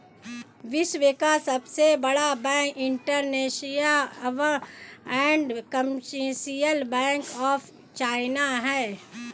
विश्व का सबसे बड़ा bank industrial and commercial bank of China है